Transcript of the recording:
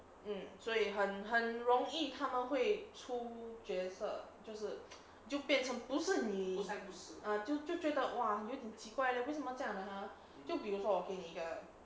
嗯所以容易他们会出角色就是就变成不是你就就觉得 !wah! 有点奇怪了为什么这样的蛤就比如说我给你一个